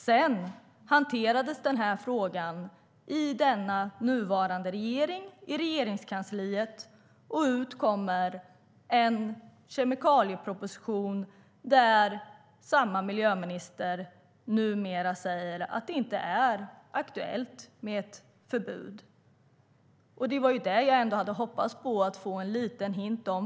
Sedan hanterades frågan av den nuvarande regeringen i Regeringskansliet, och ut kom en kemikalieproposition där samma miljöminister säger att det nu inte är aktuellt med ett förbud. Jag hade hoppats få en liten hint om detta.